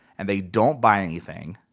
and they don't buy anything,